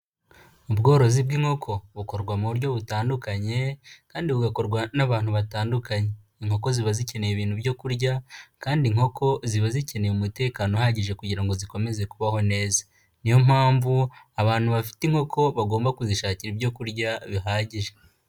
Ubworozi bw'inkoko bukorwa mu buryo butandukanye, kandi bugakorwa n'abantu batandukanye. Inkoko ziba zikeneye ibintu byo kurya, kandi inkoko ziba zikeneye umutekano uhagije kugira ngo zikomeze kubaho neza. Niyo mpamvu abantu bafite inkoko bagomba kuzishakira ibyo kurya bihagije.